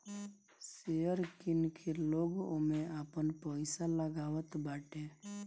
share किन के लोग ओमे आपन पईसा लगावताटे